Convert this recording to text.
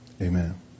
Amen